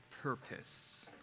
purpose